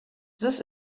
this